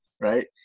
right